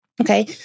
okay